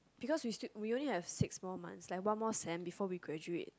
because we still we only have six more months like one more sem before we graduate